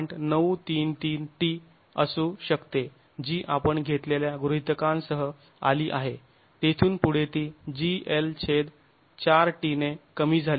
933 t असू शकते जी आपण घेतलेल्या गृहीतकांसह आली आहे तेथून पुढे ती gL4t ने कमी झाली आहे